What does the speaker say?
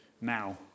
now